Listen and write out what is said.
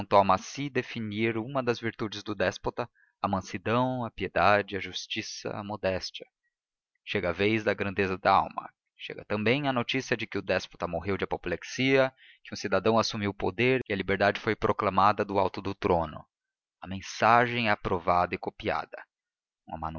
toma a si definir uma das virtudes do déspota a mansidão a piedade a justiça a modéstia chega a vez da grandeza da alma chega também a notícia de que o déspota morreu de apoplexia que um cidadão assumiu o poder e a liberdade foi proclamada do alto do trono a mensagem é aprovada e copiada